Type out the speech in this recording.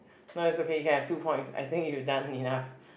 no it's okay you can have two points I think you done enough